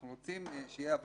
אבל אנחנו רוצים שיהיה איזון.